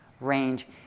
range